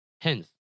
Hence